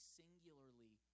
singularly